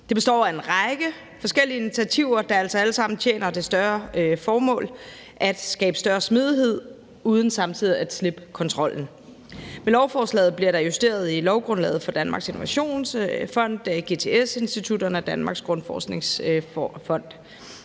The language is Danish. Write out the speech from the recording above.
Det består af en række forskellige initiativer, der altså alle sammen tjener det større formål at skabe større smidighed, uden at man samtidig slipper kontrollen. Med lovforslaget bliver der justeret i lovgrundlaget for Danmarks Innovationsfond, GTS-institutterne og Danmarks Grundforskningsfond.